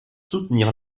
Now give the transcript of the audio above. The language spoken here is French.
soutenir